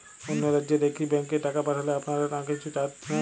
অন্য রাজ্যের একি ব্যাংক এ টাকা পাঠালে আপনারা কী কিছু চার্জ নেন?